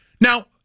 now